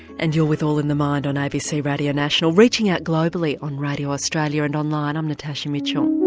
and you're with all in the mind on abc radio national, reaching out globally on radio australia and online, i'm natasha mitchell.